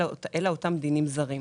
אלא אותם דינים זרים.